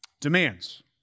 demands